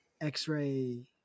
X-Ray